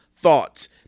thoughts